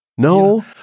No